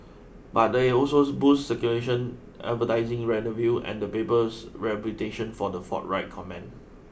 but they also boost circulation advertising revenue and the paper's reputation for the forthright comment